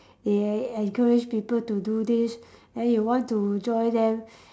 they en~ encourage people to do this then you want to join them